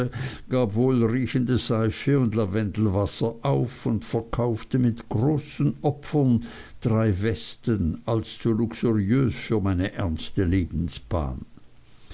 wohlriechende seife und lavendelwasser auf und verkaufte mit großen opfern drei westen als zu luxuriös für meine ernste lebensbahn